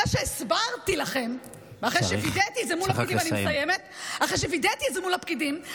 אחרי שהסברתי לכם ואחרי שווידאתי את זה מול הפקידים,